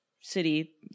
city